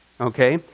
Okay